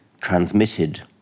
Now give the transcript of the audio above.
transmitted